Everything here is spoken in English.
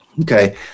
Okay